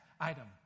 item